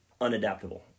unadaptable